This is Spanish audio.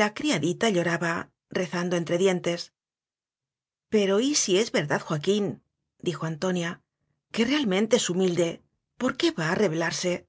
la criadita lloraba rezando entre dientes pero y si es verdad joaquíndijo an toniaque realmente es humilde por qué va a rebelarse